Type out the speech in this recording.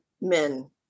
men